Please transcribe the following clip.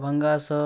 टुटल छल